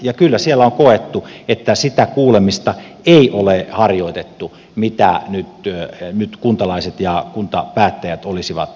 ja kyllä siellä on koettu että sitä kuulemista ei ole harjoitettu mitä nyt kuntalaiset ja kuntapäättäjät olisivat edellyttäneet